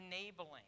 enabling